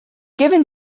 given